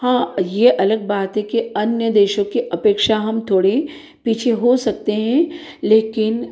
हाँ यह अलग बात है कि अन्य देशों के अपेक्षा हम थोड़े पीछे हो सकते हैं लेकिन